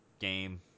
game